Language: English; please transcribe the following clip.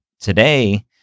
today